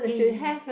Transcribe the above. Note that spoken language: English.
yay